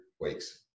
weeks